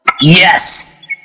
Yes